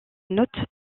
note